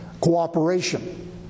Cooperation